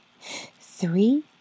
Three